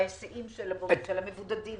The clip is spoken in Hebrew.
ההסעים של המבודדים.